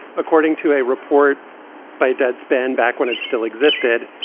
according to a report by deadspin, back when it still existed.